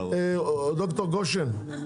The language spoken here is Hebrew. ד"ר גושן תשמע,